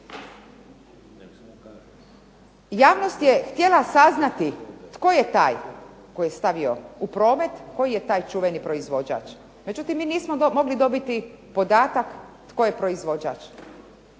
Javnost je htjela saznati tko je taj koji je stavio u promet, koji je taj čuveni proizvođač. Međutim, mi nismo mogli dobiti podatak tko je proizvođač.